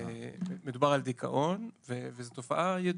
מדובר על דיכאון וזו תופעה ידועה.